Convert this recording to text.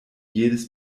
jedes